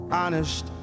honest